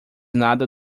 nada